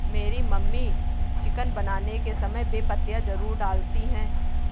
मेरी mummy chicken बनाने के समय बे पत्तियां जरूर डालती हैं